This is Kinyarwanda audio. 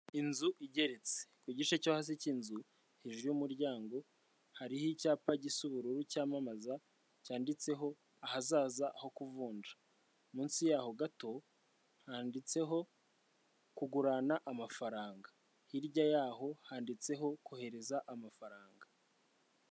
Inzu igeretse. Ku gice cyo hasi cy'inzu hejuru y'umuryango hariho icyapa gisa ubururu cyamamaza cyanditseho ahazaza ho kuvunja. Munsi y'aho gato handitseho kugurana amafaranga. Hirya y'aho handitseho kohereza amafaranga.